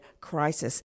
crisis